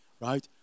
right